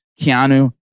Keanu